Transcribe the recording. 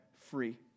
free